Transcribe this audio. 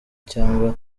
cyangwa